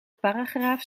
paragraaf